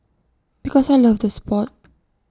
because I loved the Sport